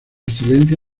excelencia